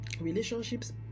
Relationships